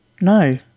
No